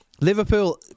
Liverpool